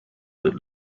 that